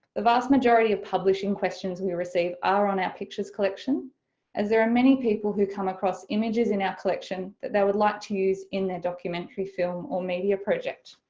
the vast majority of publishing questions we receive are on our pictures collection as there are many people who come across images in our collection that they would like to use in their documentary film or media project.